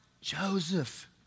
Joseph